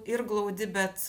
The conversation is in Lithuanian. ir glaudi bet